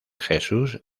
jesús